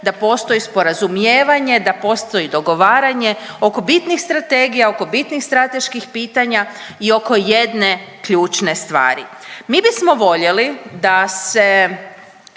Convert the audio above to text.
da postoji sporazumijevanje, da postoji dogovaranje oko bitnih strategija, oko bitnih strateških pitanja i oko jedne ključne stvari. Mi bismo voljeli da se